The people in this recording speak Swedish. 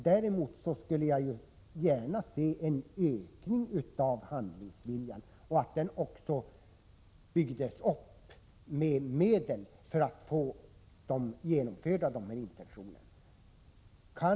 Däremot skulle jag gärna se att handlingsviljan ökades och att den tog sig uttryck i att medel anslogs för att förverkliga intentionerna.